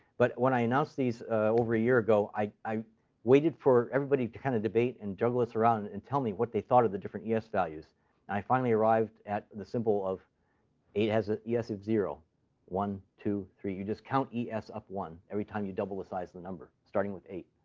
but when i announced these over a year ago, i i waited for everybody to kind of debate and juggle this around and tell me what they thought of the different yeah es values. and i finally arrived at the symbol of eight has ah an es of zero one, two, three. you just count es up one every time you double the size of the number, starting with eight,